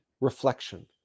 reflection